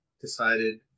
decided